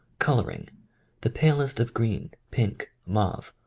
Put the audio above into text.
colouring the palest of green, pink, mauve.